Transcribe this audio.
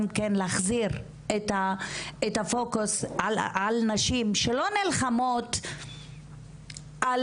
גם כן להחזיר את הפוקוס על נשים שלא נלחמות על